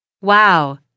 Wow